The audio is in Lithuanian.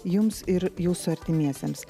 jums ir jūsų artimiesiems